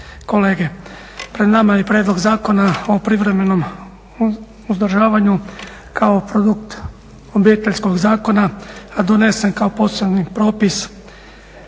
kolege. Pred nama je Prijedlog zakona o privremenom uzdržavanju kao produkt Obiteljskog zakona a donesen kao posebni propis